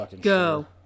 go